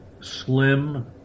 slim